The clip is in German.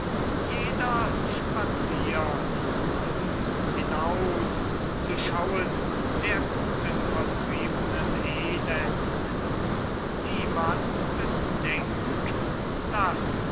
jeder spaziert nun hinaus zu schauen der guten vertriebnen elend und niemand bedenkt daß